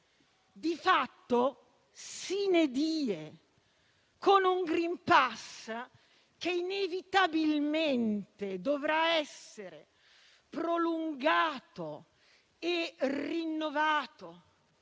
di fatto *sine die*, con un *green pass* che, inevitabilmente, dovrà essere prolungato e rinnovato,